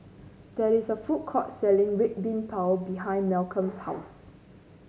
there is a food court selling Red Bean Bao behind Malcolm's house